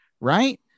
right